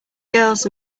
girls